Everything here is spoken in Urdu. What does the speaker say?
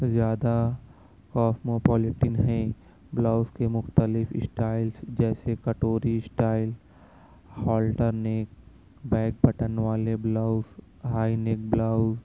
زيادہ کاسموپولیٹن ہيں بلاؤز كے مختلف اسٹائلز جيسے كٹورى style halter neck back button والے بلاؤز آئى نيک بلاؤز